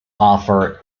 offer